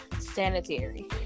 sanitary